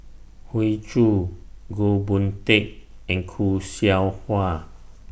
Hoey Choo Goh Boon Teck and Khoo Seow Hwa